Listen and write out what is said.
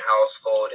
household